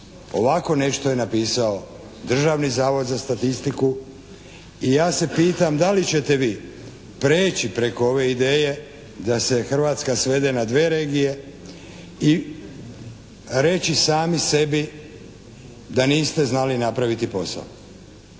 Ovako nešto je napisao Državni zavod za statistiku i ja se pitam da li ćete vi preći preko ove ideje da se Hrvatska svede na dve regije i reći sami sebi da niste znali napraviti posao.